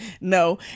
No